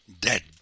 dead